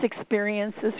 experiences